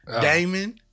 Damon